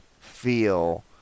feel